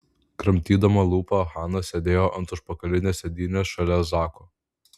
kramtydama lūpą hana sėdėjo ant užpakalinės sėdynės šalia zako